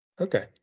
okay